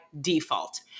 default